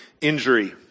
injury